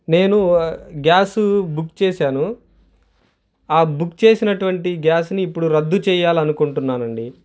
నేను gas book చేసాను ఆ బుక్ చేసినటువంటి గ్యాస్ని ఇప్పుడు రద్దు చేయాలని అనుకుంటున్నానండి